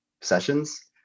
sessions